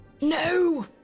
No